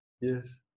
yes